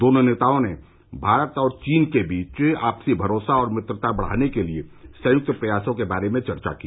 दोनों नेताओं ने भारत और चीन के बीच आपसी षरोसा और मित्रता बढ़ाने के लिए संयुक्त प्रयासों के बारे में चर्चा की